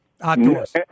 outdoors